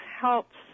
helps